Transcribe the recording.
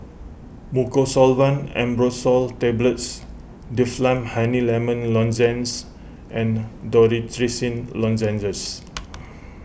Mucosolvan Ambroxol Tablets Difflam Honey Lemon Lozenges and Dorithricin Lozenges